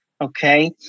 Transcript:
Okay